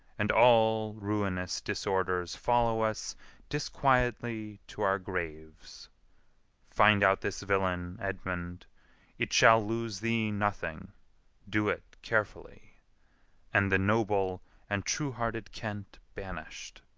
and all ruinous disorders follow us disquietly to our graves find out this villain, edmund it shall lose thee nothing do it carefully and the noble and true-hearted kent banished!